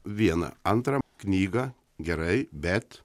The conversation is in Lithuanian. vieną antrą knygą gerai bet